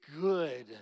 good